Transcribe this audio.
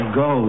go